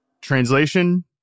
translation